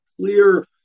clear